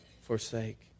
forsake